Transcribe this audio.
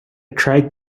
tried